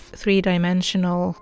three-dimensional